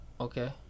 Okay